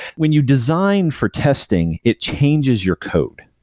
when you design for testing, it changes your code,